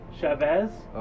Chavez